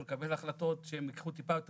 או לקבל החלטות שהן ייקחו טיפה יותר